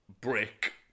Brick